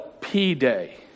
P-Day